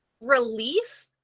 relief